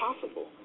possible